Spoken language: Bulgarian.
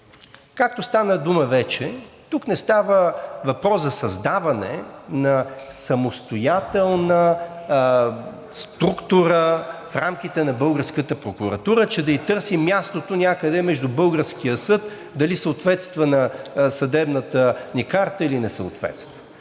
Както стана дума вече, тук не става въпрос за създаване на самостоятелна структура в рамките на българската прокуратура, че да ѝ търсим мястото някъде между българския съд дали съответства на съдебната ни карта, или не съответства.